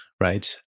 right